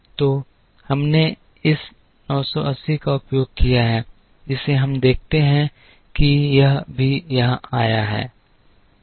तो हमने इस 980 का उपयोग किया है जिसे हम देखते हैं कि यह भी यहाँ आया है